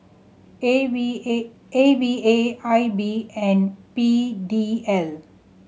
A V A A V A I B and P D L